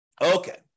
okay